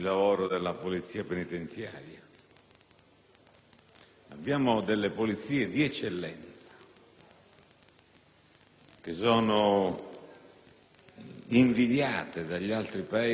Abbiamo delle polizie di eccellenza, invidiate dagli altri Paesi del mondo,